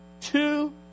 Two